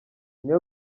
nyuma